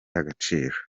agaciro